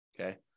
Okay